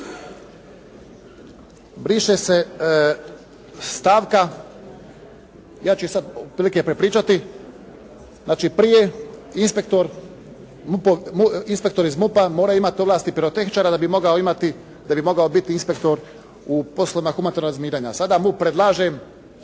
briše se stavka" ja ću je sad otprilike prepričati. Znači, prije inspektor iz MUP-a mora imati ovlasti pirotehničara da bi mogao biti inspektor u poslovima humanitarnog razminiranja. A sada MUP predlaže